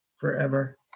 forever